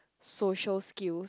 social skills